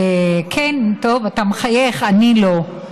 כן, טוב, אתה מחייך, אני לא.